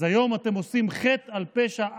אז היום אתם מוסיפים חטא על פשע.